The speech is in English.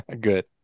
Good